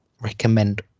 recommend